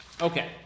Okay